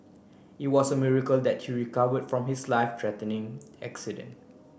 it was a miracle that he recovered from his life threatening accident